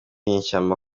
nyeshyamba